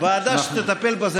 אפס מתנגדים,